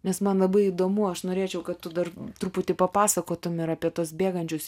nes man labai įdomu aš norėčiau kad tu dar truputį papasakotum ir apie tuos bėgančius